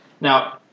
Now